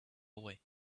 away